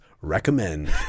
recommend